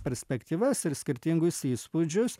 perspektyvas ir skirtingus įspūdžius